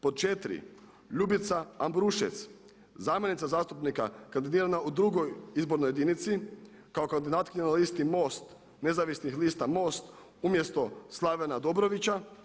Pod 4. Ljubica Ambrušec zamjenica zastupnika kandidirana u 2. izbornoj jedinici kao kandidatkinja na listi MOST Nezavisnih lista MOST umjesto Slavena Dobrovića.